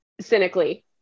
cynically